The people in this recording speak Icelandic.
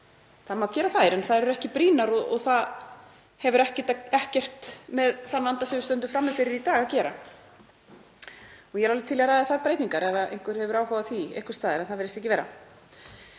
Það má gera en þær eru ekki brýnar og það hefur ekkert með þann vanda sem við stöndum frammi fyrir í dag að gera. Ég er alveg til í að ræða þær breytingar ef einhver hefur áhuga á því einhvers staðar en það virðist ekki vera.